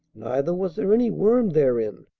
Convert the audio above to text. neither was there any worm therein.